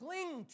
Cling